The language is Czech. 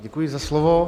Děkuji za slovo.